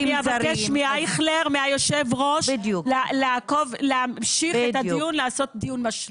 אז אני אבקש מהיושב-ראש אייכלר לעשות דיון משלים.